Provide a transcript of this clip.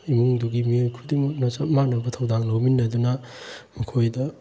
ꯏꯃꯨꯡꯗꯨꯒꯤ ꯃꯤꯑꯣꯏ ꯈꯨꯗꯤꯡꯃꯛꯅ ꯆꯞ ꯃꯥꯟꯅꯕ ꯊꯧꯗꯥꯡ ꯂꯧꯃꯤꯟꯅꯗꯨꯅ ꯃꯈꯣꯏꯗ